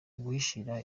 guhishira